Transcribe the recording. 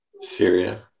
Syria